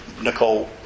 Nicole